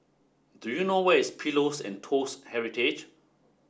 do you know where is Pillows and Toast Heritage